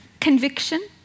conviction